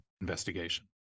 investigation